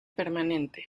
permanente